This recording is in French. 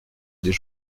des